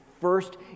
first